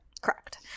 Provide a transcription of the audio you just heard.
Correct